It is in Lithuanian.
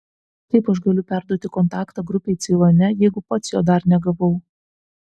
kaip aš galiu perduoti kontaktą grupei ceilone jeigu pats jo dar negavau